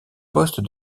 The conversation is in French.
poste